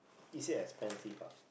is it expensive ah